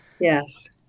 Yes